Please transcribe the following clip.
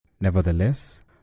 Nevertheless